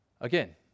Again